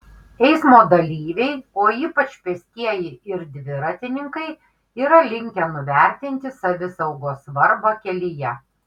eismo dalyviai o ypač pėstieji ir dviratininkai yra linkę nuvertinti savisaugos svarbą kelyje